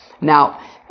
Now